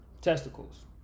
testicles